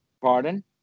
Pardon